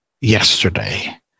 yesterday